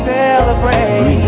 celebrate